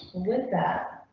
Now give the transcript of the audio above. with that